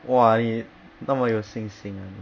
哇你那么有信心啊你